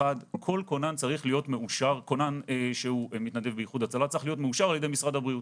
כל כונן שהוא מתנדב באיחוד הצלה צריך להיות מאושר על ידי משרד הבריאות.